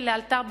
ולאלתר,